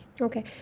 okay